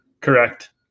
Correct